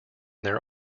their